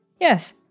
Yes